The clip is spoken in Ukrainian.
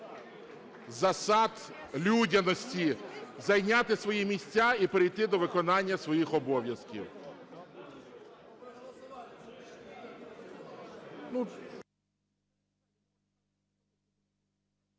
засад людяності, зайняти свої місця і перейти до виконання своїх обов'язків.